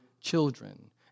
children